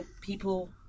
people